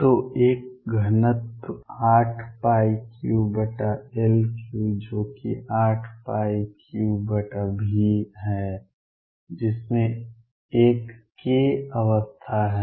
तो एक घनत्व 83L3 जो कि 83V है जिसमे एक k अवस्था है